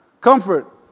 Comfort